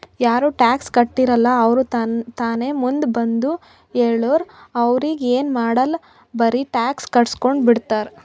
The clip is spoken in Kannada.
ಯಾರು ಟ್ಯಾಕ್ಸ್ ಕಟ್ಟಿರಲ್ಲ ಅವ್ರು ತಾನೇ ಮುಂದ್ ಬಂದು ಹೇಳುರ್ ಅವ್ರಿಗ ಎನ್ ಮಾಡಾಲ್ ಬರೆ ಟ್ಯಾಕ್ಸ್ ಕಟ್ಗೊಂಡು ಬಿಡ್ತಾರ್